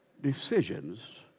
decisions